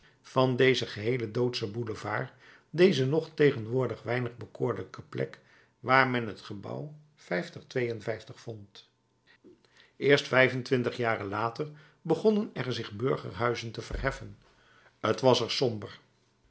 van dezen geheelen doodschen boulevard deze nog tegenwoordig weinig bekoorlijke plek waar men het gebouw vond eerst vijf en twintig jaren later begonnen er zich burgerhuizen te verheffen t was er somber